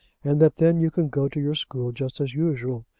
and that then you can go to your school just as usual,